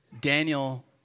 Daniel